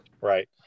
Right